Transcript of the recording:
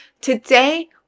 Today